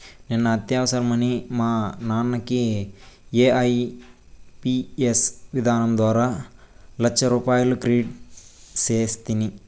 నిన్న అత్యవసరమని మా నాన్నకి ఐఎంపియస్ విధానం ద్వారా లచ్చరూపాయలు క్రెడిట్ సేస్తిని